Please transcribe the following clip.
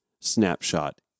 snapshot